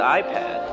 iPad